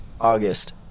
August